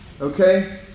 Okay